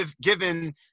given